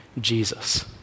Jesus